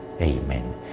Amen